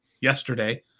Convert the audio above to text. yesterday